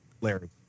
Larry